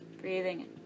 Breathing